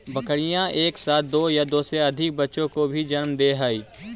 बकरियाँ एक साथ दो या दो से अधिक बच्चों को भी जन्म दे हई